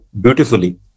beautifully